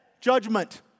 judgment